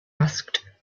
asked